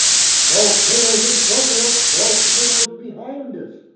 volcanoes in front of us, volcanoes behind us!